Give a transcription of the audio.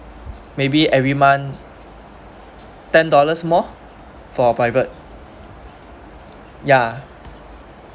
maybe every month ten dollars more for private yeah